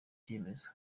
cyemezo